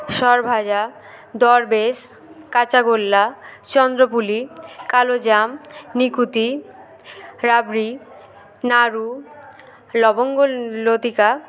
সরভাজা দরবেশ কাঁচাগোল্লা চন্দ্রপুলি কালোজাম নিখুঁতি রাবড়ি নাড়ু লবঙ্গলতিকা